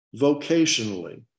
vocationally